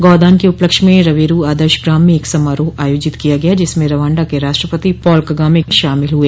गौ दान के उपलक्ष्य में रवेरू आदर्श ग्राम में एक समारोह आयोजित किया गया जिसमें रवांडा के राष्ट्रपति पॉल कगामे शामिल हुए